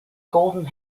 golden